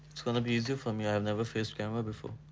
it's gonna be easier for me, i've never faced camera before.